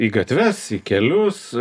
į gatves į kelius